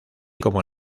como